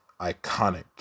iconic